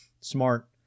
smart